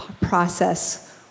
process